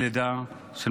דמי לידה שמובטחים